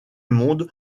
monde